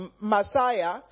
Messiah